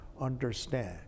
understand